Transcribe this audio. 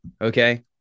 okay